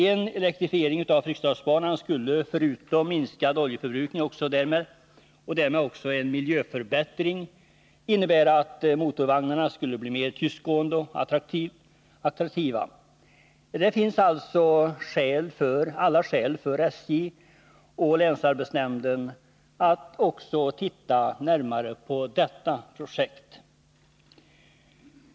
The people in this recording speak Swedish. En elektrifiering av Fryksdalsbanan skulle förutom minskad oljeförbrukning och därmed också en miljöförbättring innebära att motorvagnarna skulle bli mer tystgående och attraktiviteten öka. Det finns alltså alla skäl för SJ och länsarbetsnämnden att också titta närmare på detta projekt.